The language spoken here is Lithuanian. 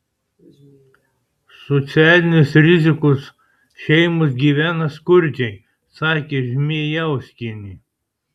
socialinės rizikos šeimos gyvena skurdžiai sakė žmėjauskienė